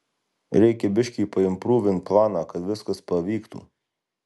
reikia biškį paimprūvint planą kad viskas pavyktų